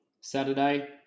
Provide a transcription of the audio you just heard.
Saturday